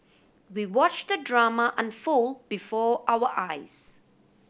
we watched the drama unfold before our eyes